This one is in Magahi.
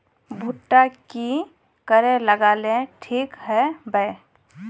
भुट्टा की करे लगा ले ठिक है बय?